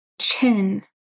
Chin